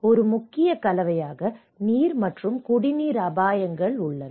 ஒரு முக்கிய கவலையாக நீர் மற்றும் குடிநீர் அபாயங்கள் உள்ளன